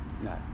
no